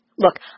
Look